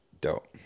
Dope